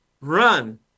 run